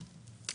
מצטרף,